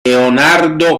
leonardo